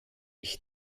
ich